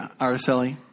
Araceli